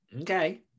okay